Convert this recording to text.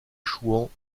chouans